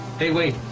the world.